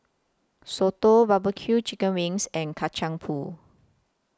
Soto Barbecue Chicken Wings and Kacang Pool